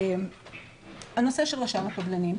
הנושא של רשם הקבלנים.